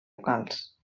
vocals